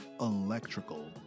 electrical